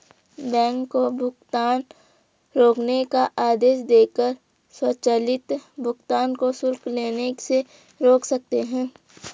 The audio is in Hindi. बैंक को भुगतान रोकने का आदेश देकर स्वचालित भुगतान को शुल्क लेने से रोक सकते हैं